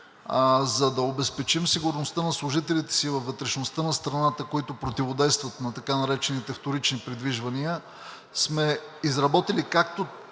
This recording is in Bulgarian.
за да обезпечим сигурността на служителите си във вътрешността на страната, които противодействат на така наречените вторични придвижвания, сме изработили както